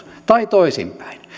tai toisinpäin